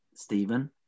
Stephen